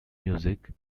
music